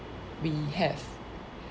we have